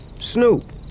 Snoop